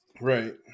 Right